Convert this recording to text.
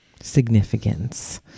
significance